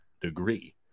degree